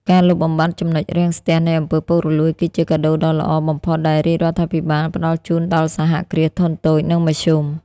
ការលុបបំបាត់ ចំណុចរាំងស្ទះ នៃអំពើពុករលួយ គឺជាកាដូដ៏ល្អបំផុតដែលរាជរដ្ឋាភិបាលផ្ដល់ជូនដល់សហគ្រាសធុនតូច និងមធ្យម។